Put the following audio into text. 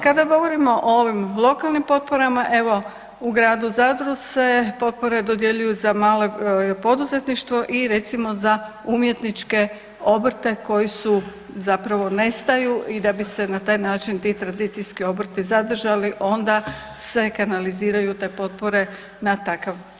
Kada govorimo o ovim lokalnim potporama evo u Gradu Zadru se potpora dodjeljuju za malo poduzetništvo i recimo za umjetničke obrte koji nestaju i da bi se na taj način ti tradicijski obrti zadržali onda se kanaliziraju te potpore na takav način.